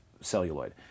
celluloid